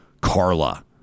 Carla